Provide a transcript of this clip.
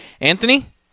Anthony